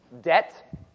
debt